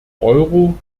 euro